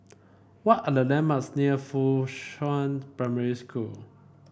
what are the landmarks near Fuchun Primary School